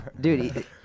Dude